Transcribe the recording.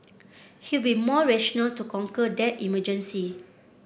he'll be more rational to conquer that emergency